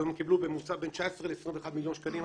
עד היום הם קיבלו בממוצע בין 19 ל-21 מיליון שקלים,